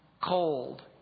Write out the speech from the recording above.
Cold